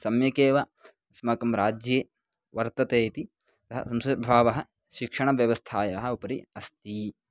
सम्यकेव अस्माकं राज्ये वर्तते इति सः संस्कृतभावः शिक्षणव्यवस्थायाः उपरि अस्ति